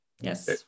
yes